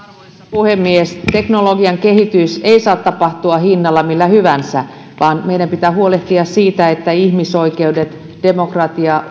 puhemies teknologian kehitys ei saa tapahtua hinnalla millä hyvänsä vaan meidän pitää huolehtia siitä että ihmisoikeudet demokratia